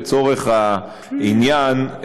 לצורך העניין,